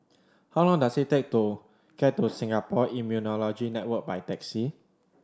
how long does it take to get to Singapore Immunology Network by taxi